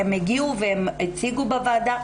הם הגיעו והציגו בוועדה.